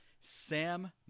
Sam